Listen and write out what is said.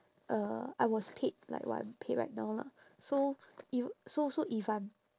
uh I was paid like what I'm paid right now lah so eve~ so so if I'm